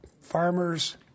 farmers